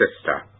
sister